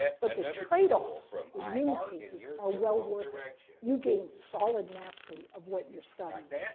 but the trade-offs in many cases are well worth it you gain solid mastery of what you're studying.